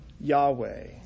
Yahweh